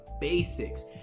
basics